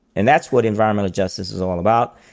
and that's what environmental justice is all about.